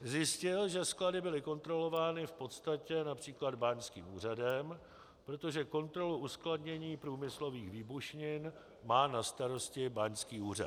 Zjistil, že sklady byly kontrolovány v podstatě například báňským úřadem, protože kontrolu uskladnění průmyslových výbušnin má na starosti báňský úřad.